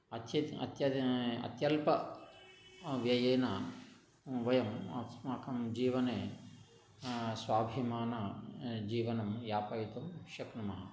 अचित् अत्यल्प व्ययेन वयम् अस्माकं जीवने स्वाभिमानजीवनं यापयितुं शक्नुमः